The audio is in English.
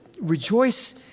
rejoice